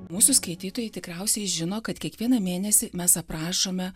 mūsų skaitytojai tikriausiai žino kad kiekvieną mėnesį mes aprašome